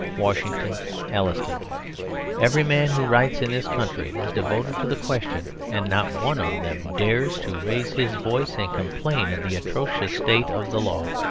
washington allston every man who writes in this country is devoted to the question, and not one of them dares to raise his voice and complain of the atrocious state of the law.